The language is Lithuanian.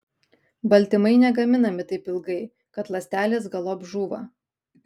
baltymai negaminami taip ilgai kad ląstelės galop žūva